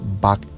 back